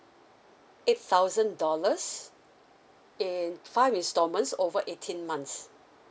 eight thousand dollars in five installments over eighteen months